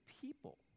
people